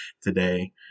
today